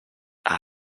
are